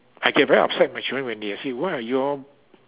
I get very upset with my children one day I say why are you all